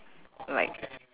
like